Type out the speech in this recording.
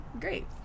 great